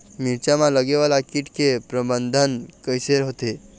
मिरचा मा लगे वाला कीट के प्रबंधन कइसे होथे?